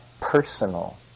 personal